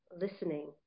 listening